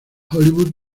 hollywood